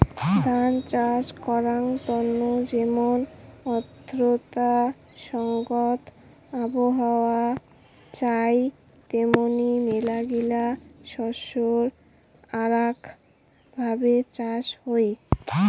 ধান চাষ করাঙ তন্ন যেমন আর্দ্রতা সংগত আবহাওয়া চাই তেমনি মেলাগিলা শস্যের আরাক ভাবে চাষ হই